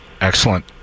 Excellent